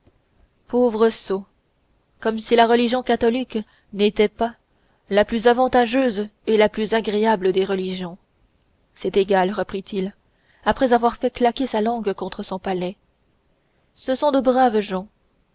pauvres sots comme si la religion catholique n'était pas la plus avantageuse et la plus agréable des religions c'est égal reprit-il après avoir fait claquer sa langue contre son palais ce sont de braves gens